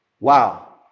Wow